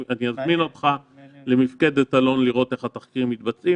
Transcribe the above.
אזמין אותך למפקדת אלון לראות איך התחקירים מתבצעים